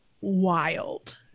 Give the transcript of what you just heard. wild